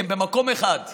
הן במקום אחד,